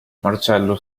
marcello